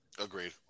Agreed